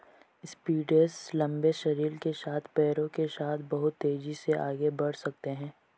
centipedes लंबे शरीर के साथ पैरों के साथ बहुत तेज़ी से आगे बढ़ सकते हैं